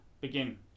begin